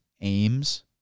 aims